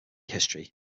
history